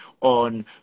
on